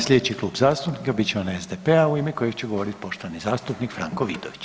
Sljedeći klub zastupnika bit će onaj SDP-a u ime kojeg će govoriti poštovani zastupnik Franko Vidović,